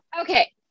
okay